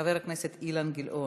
חברת הכנסת זהבה גלאון,